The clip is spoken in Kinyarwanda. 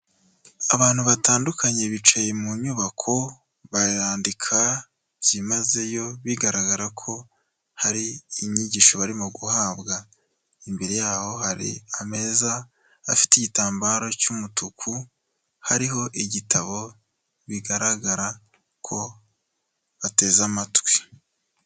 Abantu batandukanye bicaye mu nyubako, barandika byimazeyo, bigaragara ko hari inyigisho barimo guhabwa. Imbere yaho hari ameza afite igitambaro cy'umutuku, hariho igitabo, bigaragara ko bateze amatwi.